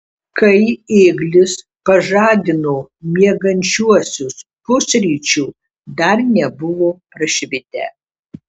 kai ėglis pažadino miegančiuosius pusryčių dar nebuvo prašvitę